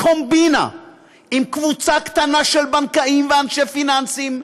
קומבינה עם קבוצה קטנה של בנקאים ואנשי פיננסים,